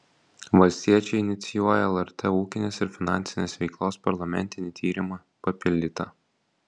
valstiečiai inicijuoja lrt ūkinės ir finansinės veiklos parlamentinį tyrimą papildyta